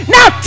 Now